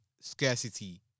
scarcity